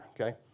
okay